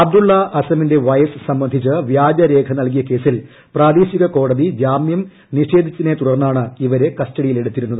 അബ്ദുളള അസമിന്റെ വയസ്സ് സംബന്ധിച്ച് വ്യാജരേഖ നൽകിയ കേസിൽ പ്രാദേശിക കോടതി ് ജാമ്യം നിഷേധിച്ചതിനെ തുടർന്നാണ് ഇവരെ കസ്റ്റഡിയിലെടുത്തിരുന്നത്